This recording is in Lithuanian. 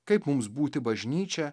kaip mums būti bažnyčia